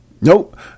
Nope